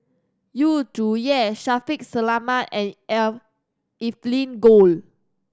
Yu Zhuye Shaffiq Selamat and Evelyn Goh